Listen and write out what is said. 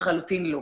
לחלוטין לא.